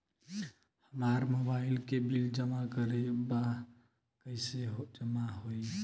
हमार मोबाइल के बिल जमा करे बा कैसे जमा होई?